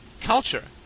culture